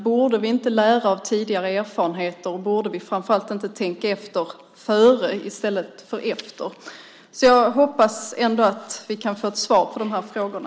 Borde vi inte lära av tidigare erfarenheter och borde vi, framför allt, inte tänka efter före i stället för efter? Jag hoppas att vi kan få ett svar på de här frågorna.